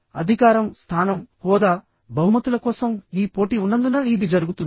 అధికారం స్థానం హోదా బహుమతుల కోసం ఈ పోటీ ఉన్నందున ఇది జరుగుతుంది